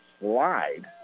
slide